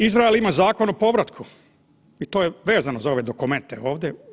Izrael ima zakon o povratu i to je vezano za ove dokumente ovdje.